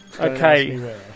Okay